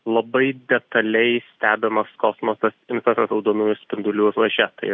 labai detaliai stebimas kosmosas infraraudonųjų spindulių ruože tai